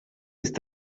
ist